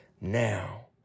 now